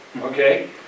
okay